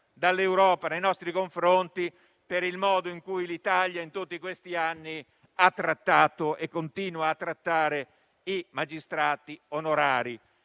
dall'Europa nei nostri confronti, per il modo in cui l'Italia, in tutti questi anni, ha trattato e continua a trattare i magistrati onorari: